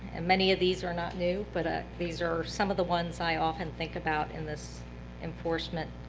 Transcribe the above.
and many of these are not new, but ah these are some of the ones i often think about in this enforcement